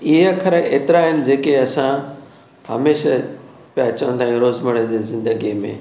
इहे अख़र एतिरा आहिनि जेके असां हमेशह पिया चवंदा आहियूं रोज़मरा जी ज़िंदगीअ में